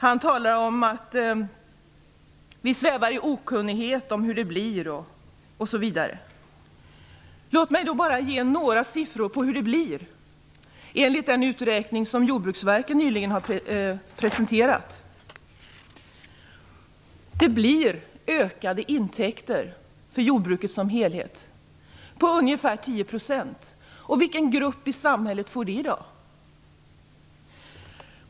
Han talar om att vi svävar i okunnighet om hur det blir osv. Låt mig bara ge några siffror på hur det blir enligt den uträkning som Jordbruksverket nyligen har presenterat. Det blir ökade intäkter för jordbruket som helhet på ungefär 10 %. Vilken grupp i samhället får det i dag?